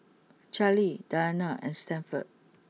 Charley Dianna and Stanford